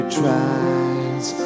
tries